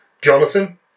Jonathan